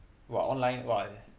!wah! online !wah!